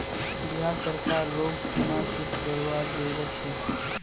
बिहार सरकार रोग सीमा शुल्क बरवार जरूरत छे